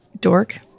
Dork